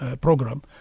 program